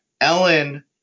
Ellen